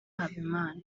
habimana